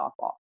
softball